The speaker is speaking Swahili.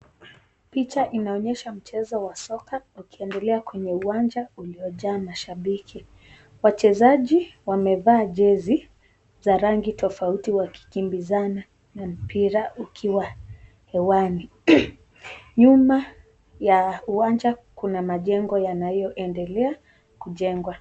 Picha inaoyesha mchezo wa soka ukiendelea kwenye uwanja uliojaa mashabiki. Wachezaji wamevaa jezi za rangi tofauti wakikimbizana na mpira ukiwa hewani. Nyuma ya uwanja kuna majengo yanayoendelea kujengwa.